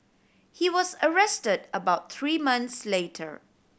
he was arrested about three months later